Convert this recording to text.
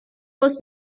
was